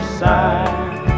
side